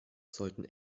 sollten